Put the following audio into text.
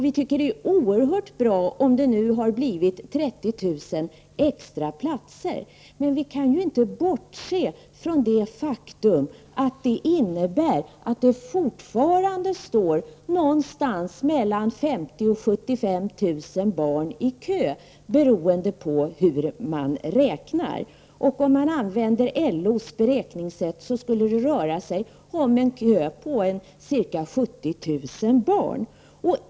Vi tycker att det är oerhört bra om det nu har skapats 30 000 Vi kan emellertid inte bortse från det faktum att det fortfarande, beroende på hur man räknar, står mellan 50 000 och 75 000 barn i kö. Om man använder LOs beräkningssätt skulle det röra sig om en kö på ca 70 000 barn.